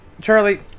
Charlie